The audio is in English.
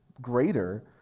greater